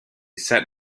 set